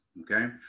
Okay